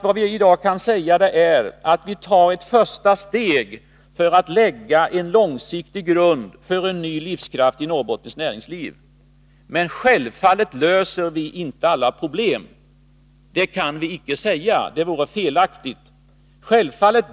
Vad vi i dag kan säga är att vi tar ett första steg för att långsiktigt lägga en grund för ett nytt livskraftigt norrbottniskt näringsliv, men självfallet löser vi inte alla problem. Detta kan vi inte säga, det vore felaktigt.